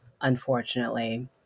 unfortunately